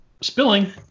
spilling